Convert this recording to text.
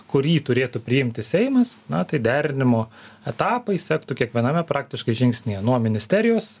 kurį turėtų priimti seimas na tai derinimo etapai sektų kiekviename praktiškai žingsnyje nuo ministerijos